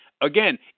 Again